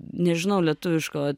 nežinau lietuviško